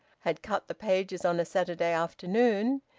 had cut the pages on a saturday afternoon,